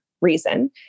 reason